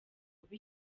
kuba